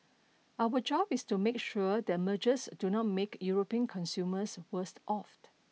our job is to make sure that mergers do not make European consumers worse